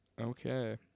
Okay